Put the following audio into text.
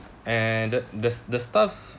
and the the the staff